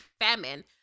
famine